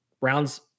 rounds